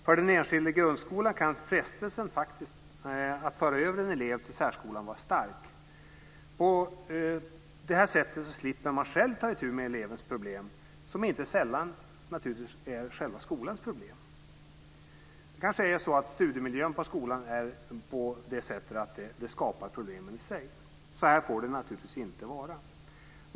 För den enskilda grundskolan kan frestelsen att föra över en elev till särskolan vara stark. På det sättet slipper den själv ta itu med elevens problem, som inte sällan är själva skolans problem. Det kanske är så att studiemiljön på skolan är sådan att det skapar problem i sig. Så får det naturligtvis inte vara.